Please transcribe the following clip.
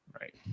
Right